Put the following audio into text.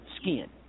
skin